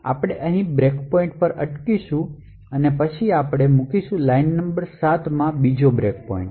આપણે અહીં break point પર અટકીશું અને પછી આપણે મૂકીશું લાઇન નંબર7 માં બીજો બ્રેક પોઇન્ટ